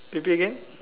repeat again